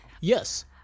Yes